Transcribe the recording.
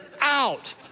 out